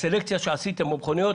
הסלקציה שעשיתם עם המכוניות.